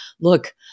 look